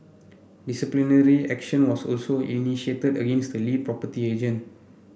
disciplinary action was also initiated against the lead property agent